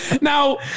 Now